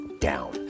down